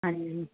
ਹਾਂਜੀ